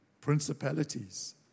principalities